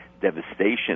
devastation